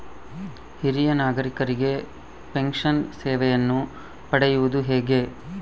ಹಿರಿಯ ನಾಗರಿಕರಿಗೆ ಪೆನ್ಷನ್ ಸೇವೆಯನ್ನು ಪಡೆಯುವುದು ಹೇಗೆ?